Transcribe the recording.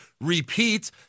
repeat